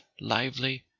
lively